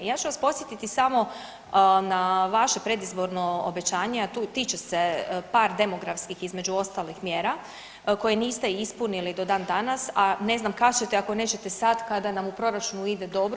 Ja ću vas podsjetiti samo na vaše predizborno obećanje, a tiče se par demografskih između ostalih mjera koje niste ispunili do dan danas, a ne znam kad ćete ako nećete sad kada nam u proračunu ide dobro.